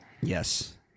Yes